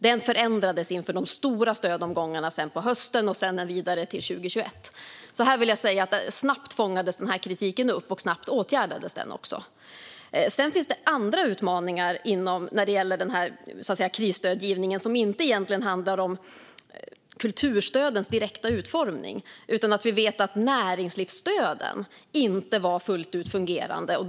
Detta förändrades inför de stora stödomgångarna på hösten och sedan vidare till 2021. Jag vill alltså säga att kritiken snabbt fångades upp och att bristerna också snabbt åtgärdades. Sedan finns det andra utmaningar när det gäller krisstödgivningen som egentligen inte handlar om kulturstödens direkta utformning. Vi vet att näringslivsstöden inte var fullt ut fungerande.